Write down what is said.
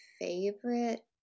favorite